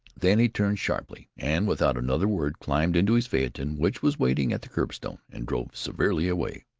then he turned sharply, and without another word climbed into his phaeton, which was waiting at the curbstone, and drove severely away.